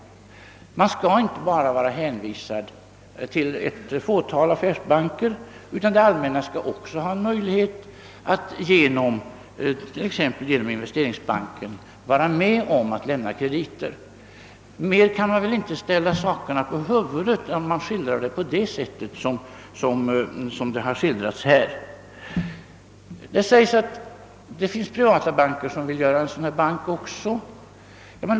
Man skall inte bara vara hänvisad till ett fåtal affärsbanker, utan det allmänna skall också ha en möjlighet att t.ex. genom investeringsbanken vara med om att lämna krediter. Mer kan man väl inte ställa saken på huvudet än när man skildrar den på det sätt som man har gjort här. Det sägs att det också finns privata banker som vill starta en investeringsbank.